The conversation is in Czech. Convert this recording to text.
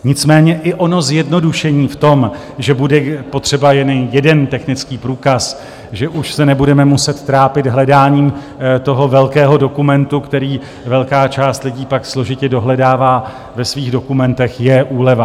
Nicméně i ono zjednodušení v tom, že bude potřeba jen jeden technický průkaz, že už se nebudeme muset trápit hledáním toho velkého dokumentu, který velká část lidí pak složitě dohledává ve svých dokumentech, je úleva.